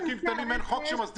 אם אני מבין אותו טוב,